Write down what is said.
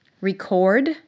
record